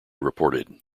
reported